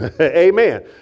Amen